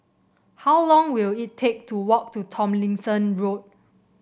how long will it take to walk to Tomlinson Road